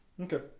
Okay